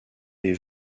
des